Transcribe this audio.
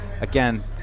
again